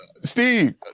Steve